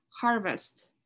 harvest